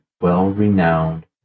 well-renowned